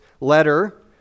letter